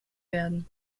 werden